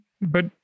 But-